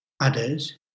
others